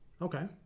Okay